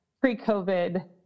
pre-COVID